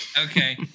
Okay